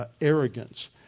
arrogance